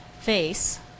face